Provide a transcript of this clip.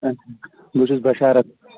بہٕ چھُس بشارت